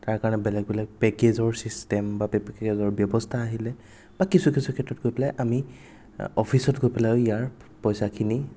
তাৰ কাৰণে বেলেগ বেলেগ পেকেজৰো ছিষ্টেম বা পেকেজৰ ব্যৱস্থা আহিল বা কিছু কিছু ক্ষেত্ৰত গৈ পেলাই আমি অফিচত গৈ পেলাইও ইয়াৰ পইচাখিনি